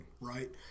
right